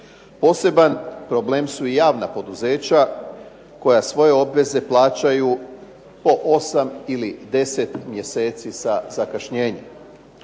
Poseban problem su javna poduzeća koja svoje obveze plaćaju po 8 ili 10 mj. sa zakašnjenjem.